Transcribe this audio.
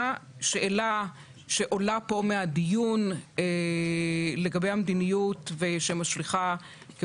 שאלה שעולה פה מהדיון לגבי המדיניות שמשליכה על